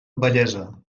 bellesa